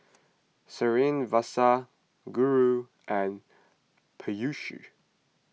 Srinivasa Guru and Peyush